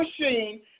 machine